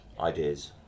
ideas